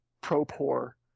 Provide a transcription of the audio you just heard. pro-poor